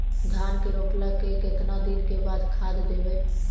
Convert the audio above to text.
धान के रोपला के केतना दिन के बाद खाद देबै?